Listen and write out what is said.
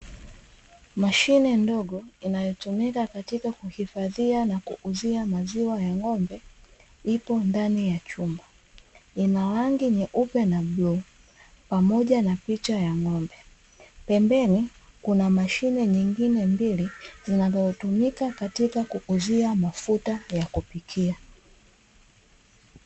Mashine ndogo inayotumika katika kuhifadhia na kuuzia maziwa ya ng`ombe, ipo ndani ya chumba ina rangi nyeupe na bluu pamoja na picha yang`ombe, pembeni kuna mashine nyingine mbili zinazotumika katika kuuzia mafuta ya kupikia.